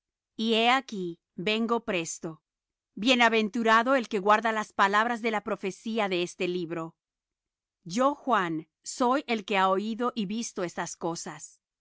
y he aquí vengo presto bienaventurado el que guarda las palabras de la profecía de este libro yo juan soy el que ha oído y visto estas cosas